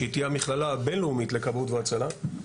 שהיא תהיה המכללה הבינלאומית לכבאות והצלחה.